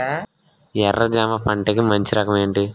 ఎర్ర జమ పంట కి మంచి రకం ఏంటి?